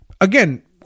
again